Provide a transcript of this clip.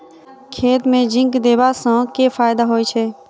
खेत मे जिंक देबा सँ केँ फायदा होइ छैय?